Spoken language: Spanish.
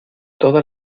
toda